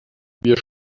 wir